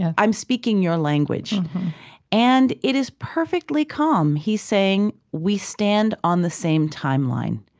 i'm speaking your language and it is perfectly calm. he's saying we stand on the same timeline.